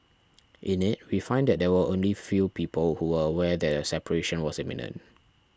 in it we find that there were only few people who were aware that a separation was imminent